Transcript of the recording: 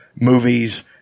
movies